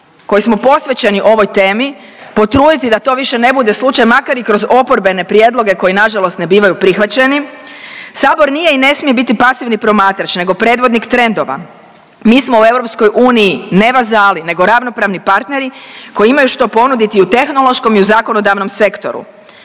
koji smo posvećeni ovoj temi potruditi da to više ne bude slučaj makar i kroz oporbene prijedloge koji nažalost ne bivaju prihvaćeni, sabor nije i ne smije biti pasivni promatrač nego predvodnik trendova. Mi smo u EU ne vazali nego ravnopravni partneri koji imaju što ponuditi u tehnološkom i u zakonodavnom sektoru.